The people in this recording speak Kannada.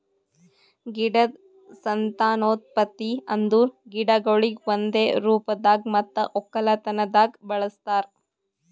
ಗಿಡದ್ ಸಂತಾನೋತ್ಪತ್ತಿ ಅಂದುರ್ ಗಿಡಗೊಳಿಗ್ ಒಂದೆ ರೂಪದಾಗ್ ಮತ್ತ ಒಕ್ಕಲತನದಾಗ್ ಬಳಸ್ತಾರ್